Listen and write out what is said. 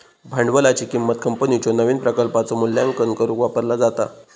भांडवलाची किंमत कंपनीच्यो नवीन प्रकल्पांचो मूल्यांकन करुक वापरला जाता